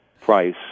price